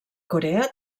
corea